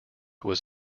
was